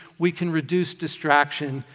we can reduce distraction,